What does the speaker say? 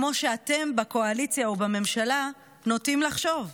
כמו שאתם בקואליציה ובממשלה נוטים לחשוב.